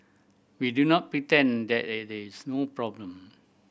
we do not pretend that it is no problem